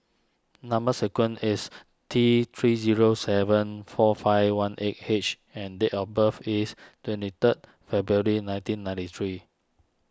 Number Sequence is T three zero seven four five one eight H and date of birth is twenty third February nineteen ninety three